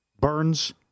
Burns